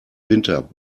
winter